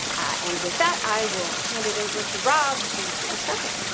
and with that i will hand it over to rob to get you started.